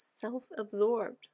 self-absorbed